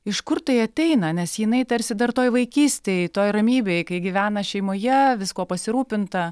iš kur tai ateina nes jinai tarsi dar toj vaikystėj toj ramybėj kai gyvena šeimoje viskuo pasirūpinta